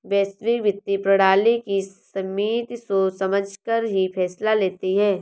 वैश्विक वित्तीय प्रणाली की समिति सोच समझकर ही फैसला लेती है